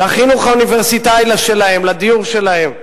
לחינוך האוניברסיטאי שלהם, לדיור שלהם,